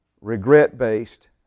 regret-based